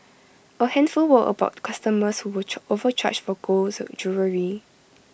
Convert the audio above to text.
A handful were about customers who were overcharged for golds jewellery